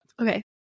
Okay